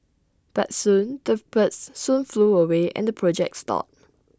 but soon the birds soon flew away and the project stalled